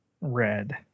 red